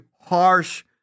harsh